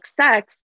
sex